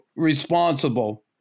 responsible